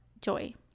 Joy